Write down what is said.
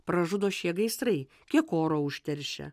pražudo šie gaisrai kiek oro užteršia